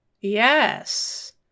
Yes